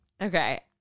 okay